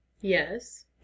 Yes